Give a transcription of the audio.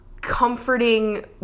comforting